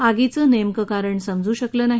आगीचं नेमकं कारण समजु शकलं नाही